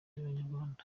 z’abanyarwanda